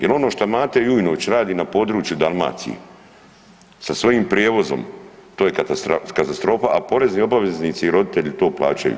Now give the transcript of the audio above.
Jel ono što Mate Jujnović radi na području Dalmacije sa svojim prijevozom to je katastrofa, a porezni obaveznici i roditelji to plaćaju.